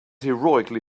heroically